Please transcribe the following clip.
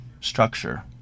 structure